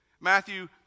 Matthew